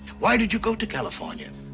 why did you go to california?